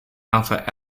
alpha